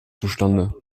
zustande